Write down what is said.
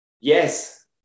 Yes